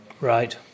Right